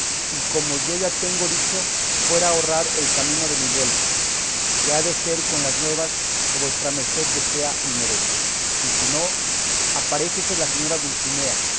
y como ya tengo dicho fuera ahorrar el camino de mi vuelta que ha de ser con las nuevas que vuestra merced desea y merece y si no aparéjese la señora dulcinea